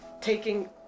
taking